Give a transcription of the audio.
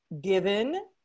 given